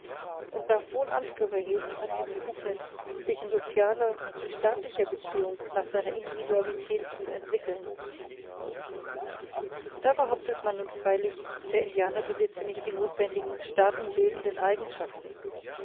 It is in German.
und darf wohl anspruch erheben auf die befugnis sich in sozialer in staatlicher beziehung nach seiner individualität zu entwickeln da behauptet man nun freilich der indianer besitze nicht die notwendigen staatenbildenden eigenschaften